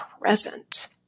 present